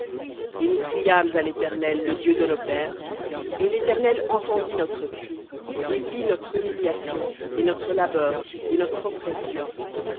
et nous criâmes à l'éternel le dieu de nos pères et l'éternel entendit notre cri et vit notre humiliation et notre labeur et notre oppression